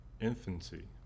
infancy